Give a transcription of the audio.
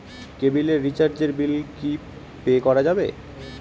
কেবিলের রিচার্জের বিল কি পে করা যাবে?